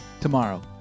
tomorrow